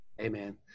Amen